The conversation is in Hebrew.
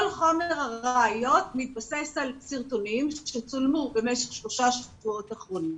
כל חומר הראיות מתבסס על סרטונים שצולמו במשך שלושה שבועות אחרונים.